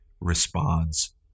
responds